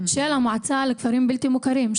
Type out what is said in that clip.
של המועצה לכפרים בלתי מוכרים,